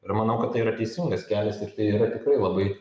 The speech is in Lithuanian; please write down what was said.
ir manau kad tai yra teisingas kelias ir tai yra tikrai labai